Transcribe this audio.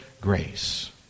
grace